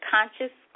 Conscious